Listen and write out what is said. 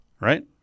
Right